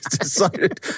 decided